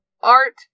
art